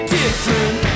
different